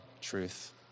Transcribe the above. truth